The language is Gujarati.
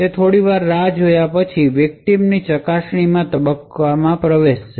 તેથી થોડીવાર રાહ જોયા પછી વિકટીમ ચકાસણી તબક્કામાં પ્રવેશ કરે છે